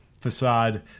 facade